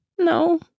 No